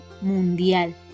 mundial